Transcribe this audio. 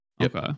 Okay